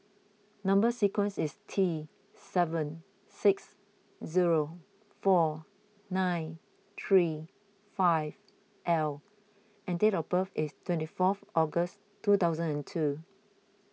Number Sequence is T seven six zero four nine three five L and date of birth is twenty fourth August two thousand and two